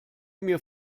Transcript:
mir